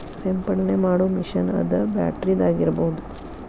ಸಿಂಪಡನೆ ಮಾಡು ಮಿಷನ್ ಅದ ಬ್ಯಾಟರಿದ ಆಗಿರಬಹುದ